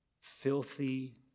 filthy